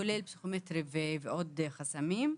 כולל פסיכומטרי ועוד חסמים.